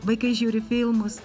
vaikai žiūri filmus